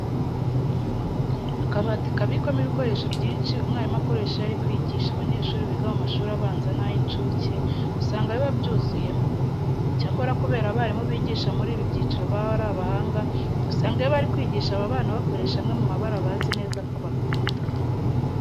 Akabati kabikwamo ibikoresho byinshi umwarimu akoresha iyo ari kwigisha abanyeshuri biga mu mashuri abanza n'ay'incuke, usanga biba byuzuyemo. Icyakora kubera ko abarimu bigisha muri ibi byiciro baba ari abahanga, usanga iyo bari kwigisha aba bana bakoresha amwe mu mabara bazi neza ko bakunda.